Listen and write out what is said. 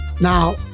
Now